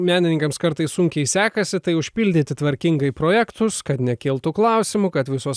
menininkams kartais sunkiai sekasi tai užpildyti tvarkingai projektus kad nekiltų klausimų kad visos